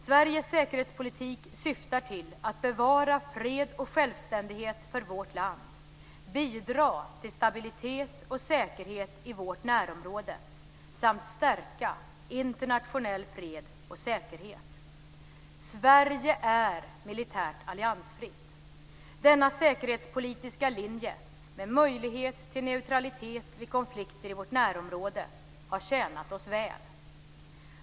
Sveriges säkerhetspolitik syftar till att bevara fred och självständighet för vårt land, bidra till stabilitet och säkerhet i vårt närområde samt stärka internationell fred och säkerhet. Sverige är militärt alliansfritt. Denna säkerhetspolitiska linje, med möjlighet till neutralitet vid konflikter i vårt närområde, har tjänat oss väl.